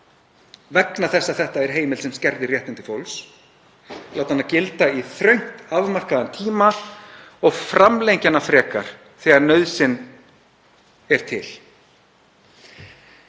vegna þess að þetta er heimild sem skerðir réttindi fólks, að láta hana gilda í þröngt afmarkaðan tíma og framlengja hana frekar þegar nauðsyn er til.